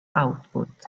output